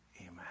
Amen